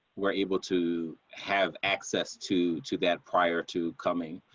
were able to have access to, to that prior to coming.